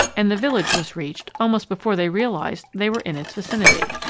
and the village was reached almost before they realized they were in its vicinity.